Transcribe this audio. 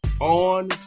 on